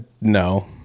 No